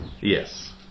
Yes